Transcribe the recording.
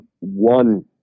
one